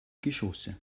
geschosse